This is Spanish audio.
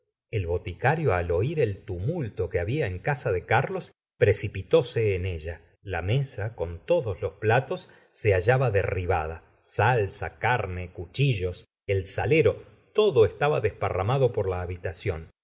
el boticario al oír el tumulto que habla en casa de carlos precipitóse en ella la mesa con todos los platos se hallaba derribada salsa carne cuchillos el salero todo estaba desparramado por la habitación